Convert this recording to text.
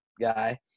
guy